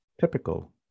typical